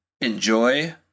enjoy